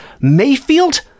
Mayfield